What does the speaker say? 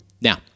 Now